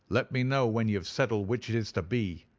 let me know when you have settled which it is to be,